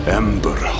ember